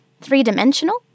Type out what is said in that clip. three-dimensional